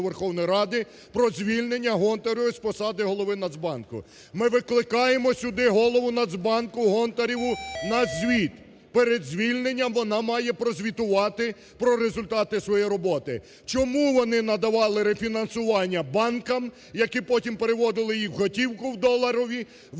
Верховної Ради про звільнення Гонтаревої з посади голови Нацбанку. Ми викликаємо сюди голову Нацбанку Гонтареву на звіт. Перед звільненням вона має прозвітувати про результати своєї роботи. Чому вони надавали рефінансування банкам, які потім переводили їх в готівку в доларову, виводили